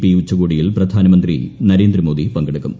P ഉച്ചകോടികളിൽ പ്രധാനമന്ത്രി നരേന്ദ്രമോദി പങ്കെടുക്കും